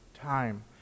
time